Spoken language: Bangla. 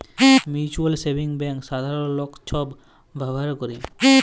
মিউচ্যুয়াল সেভিংস ব্যাংক সাধারল লক ছব ব্যাভার ক্যরে